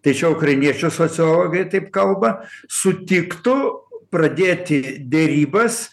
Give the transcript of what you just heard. tai čia ukrainiečių sociologai taip kalba sutiktų pradėti derybas